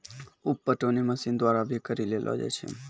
उप पटौनी मशीन द्वारा भी करी लेलो जाय छै